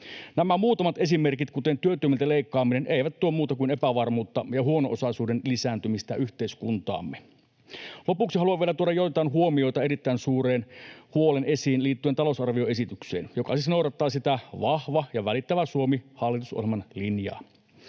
Nämä muutamat esimerkit, kuten työttömiltä leikkaaminen, eivät tuo muuta kuin epävarmuutta ja huono-osaisuuden lisääntymistä yhteiskuntaamme. Lopuksi haluan vielä tuoda joitain huomioita ja erittäin suuren huolen esiin liittyen talousarvioesitykseen, joka siis noudattaa sitä ”Vahva ja välittävä Suomi” ‑hallitusohjelman linjaa.